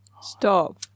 Stop